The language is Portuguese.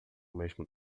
mesmo